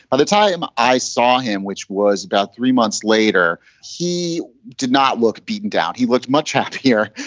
by the time i saw him, which was about three months later. he did not look beaten down. he looked much had here.